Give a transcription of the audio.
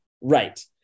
Right